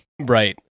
Right